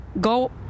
go